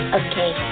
okay